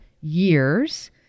years